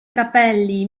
capelli